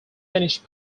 finished